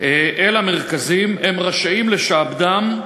אל המרכזים הם רשאים לשעבדם,